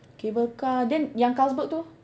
cable car then yang Carlsberg tu